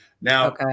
Now